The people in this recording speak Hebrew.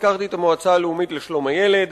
הזכרתי את המועצה הלאומית לשלום הילד,